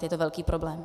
Je to velký problém.